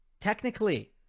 Technically